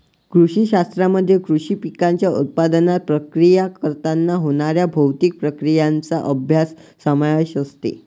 कृषी शास्त्रामध्ये कृषी पिकांच्या उत्पादनात, प्रक्रिया करताना होणाऱ्या भौतिक प्रक्रियांचा अभ्यास समावेश असते